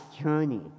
journey